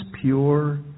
pure